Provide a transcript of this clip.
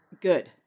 good